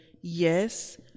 yes